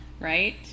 right